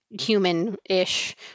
human-ish